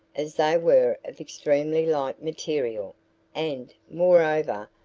as they were of extremely light material and, moreover,